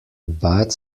baths